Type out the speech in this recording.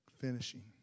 finishing